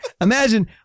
imagine